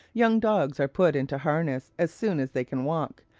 young dogs are put into harness as soon as they can walk,